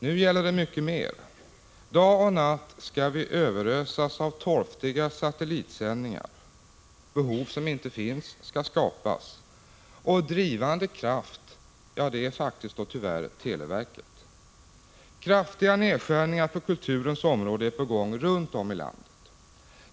Nu gäller det mycket mer. Dag och natt skall vi överösas av torftiga satellitsändningar. Behov som inte finns skall skapas. Drivande kraft är televerket. Kraftiga nedskärningar på kulturens område är på gång runt om i landet.